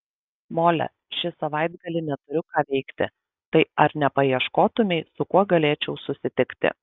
mole šį savaitgalį neturiu ką veikti tai ar nepaieškotumei su kuo galėčiau susitikti